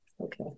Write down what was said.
Okay